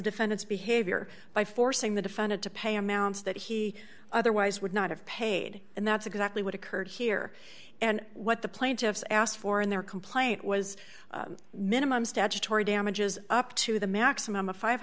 defendant's behavior by forcing the defendant to pay amounts that he otherwise would not have paid and that's exactly what occurred here and what the plaintiffs asked for in their complaint was minimum statutory damages up to the maximum